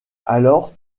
alors